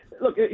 look